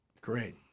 Great